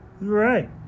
Right